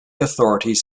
authorities